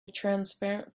transparent